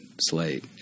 slate